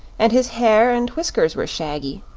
and his hair and whiskers were shaggy.